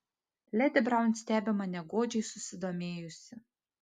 ledi braun stebi mane godžiai susidomėjusi